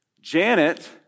Janet